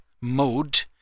mode